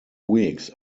weeks